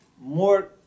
more